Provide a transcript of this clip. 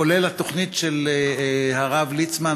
כולל התוכנית של הרב ליצמן,